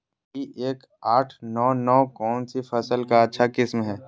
P एक आठ नौ नौ कौन सी फसल का अच्छा किस्म हैं?